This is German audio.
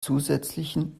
zusätzlichen